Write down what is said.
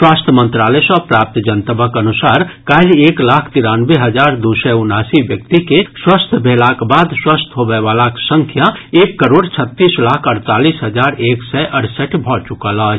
स्वास्थ्य मंत्रालय सँ प्राप्त जनतबक अनुसार काल्हि एक लाख तिरानवे हजार दू सय उनासी व्यक्ति के स्वस्थ भेलाक बाद स्वस्थ होबय वलाक संख्या एक करोड़ छत्तीस लाख अड़तालीस हजार एक सय अड़सठि भऽ चुकल अछि